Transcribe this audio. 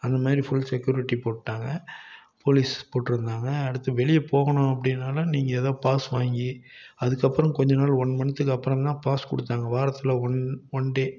அந்த மாதிரி full security போட்டாங்க போலீஸ் போட்டுருந்தாங்க அடுத்து வெளியே போகணும் அப்படினாலும் நீங்கள் எதோ பாஸ் வாங்கி அதுக்கு அப்புறம் கொஞ்ச நாள் ஒன் மந்துக்கு அப்புறந்தான் பாஸ் கொடுத்தாங்க வாரத்தில் ஒன் ஒன் டே